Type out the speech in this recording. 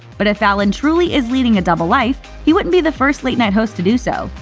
but if fallon truly is leading a double life, he wouldn't be the first late-night host to do so.